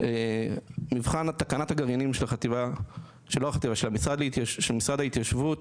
מבחן תקנת הגרעינים של המשרד ההתיישבות